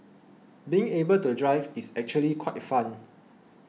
being able to drive is actually quite fun